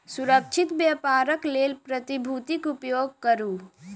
सुरक्षित व्यापारक लेल प्रतिभूतिक उपयोग करू